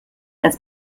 als